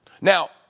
Now